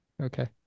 Okay